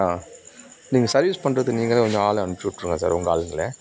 ஆ நீங்கள் சர்வீஸ் பண்ணுறது நீங்களே வந்து ஆள் அமுச்சுவிட்ருங்க சார் உங்க ஆளுங்களே